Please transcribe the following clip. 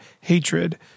hatred